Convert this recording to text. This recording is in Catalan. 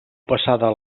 passada